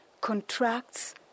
contracts